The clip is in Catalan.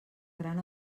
gran